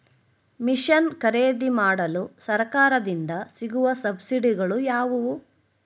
Mission ಖರೇದಿಮಾಡಲು ಸರಕಾರದಿಂದ ಸಿಗುವ ಸಬ್ಸಿಡಿಗಳು ಯಾವುವು?